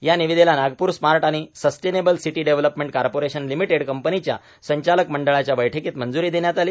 या निविदेला नागपूर स्मार्ट आणि sustainable city development corporation limited कंपनीच्या संघालक मंडळाच्या बैठकीत मंजुरी देण्यात आली